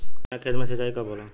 चना के खेत मे सिंचाई कब होला?